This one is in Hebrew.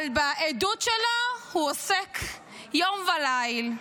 אבל בעדות שלו הוא עוסק יום וליל.